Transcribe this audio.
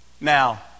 Now